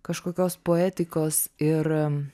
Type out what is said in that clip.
kažkokios poetikos ir